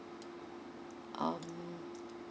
um